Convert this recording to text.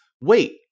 wait